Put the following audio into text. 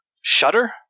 shudder